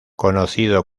conocido